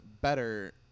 better